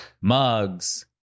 mugs